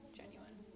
genuine